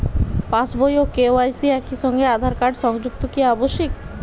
পাশ বই ও কে.ওয়াই.সি একই সঙ্গে আঁধার কার্ড সংযুক্ত কি আবশিক?